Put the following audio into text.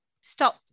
Stop